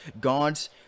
God's